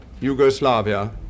Yugoslavia